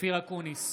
אופיר אקוניס,